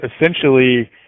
essentially